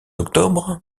octobre